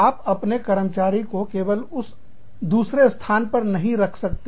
आप अपने कर्मचारियों को केवल उस दूसरे स्थान पर नहीं रख सकते